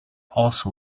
also